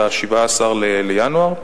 17 בינואר,